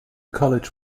college